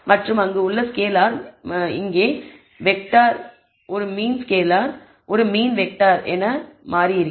மற்றும் அங்கு உள்ளே ஸ்கேலார் மற்றும் வெக்டார் இங்கே ஒரு மீன் ஸ்கேலார் மற்றும் மீன் வெக்டார் ஆகலாம்